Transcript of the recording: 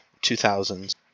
2000s